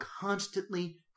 constantly